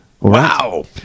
Wow